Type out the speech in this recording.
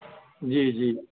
جی جی